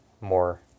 more